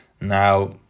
Now